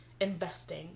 investing